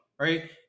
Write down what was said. right